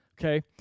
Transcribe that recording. Okay